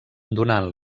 donant